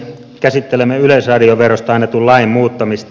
käsittelemme yleisradioverosta annetun lain muuttamista